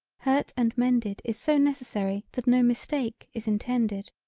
hurt and mended is so necessary that no mistake is intended.